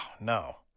no